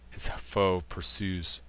his foe pursues.